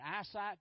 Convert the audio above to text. eyesight